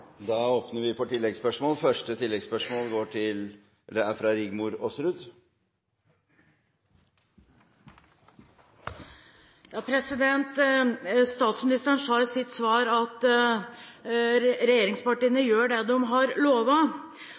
Første oppfølgingsspørsmål er fra Rigmor Aasrud. Statsministeren sa i sitt svar at regjeringspartiene gjør det de har